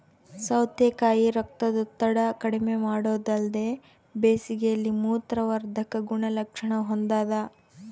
ಸೌತೆಕಾಯಿ ರಕ್ತದೊತ್ತಡ ಕಡಿಮೆಮಾಡೊದಲ್ದೆ ಬೇಸಿಗೆಯಲ್ಲಿ ಮೂತ್ರವರ್ಧಕ ಗುಣಲಕ್ಷಣ ಹೊಂದಾದ